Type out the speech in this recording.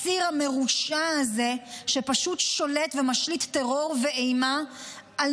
הציר המרושע הזה שפשוט שולט ומשליט טרור ואימה על